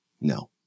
No